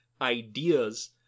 ideas